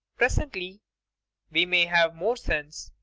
presently we may have more sense.